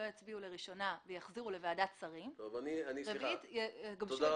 לא יצביעו לראשונה ויחזירו לוועדת שרים ורביעית --- לא,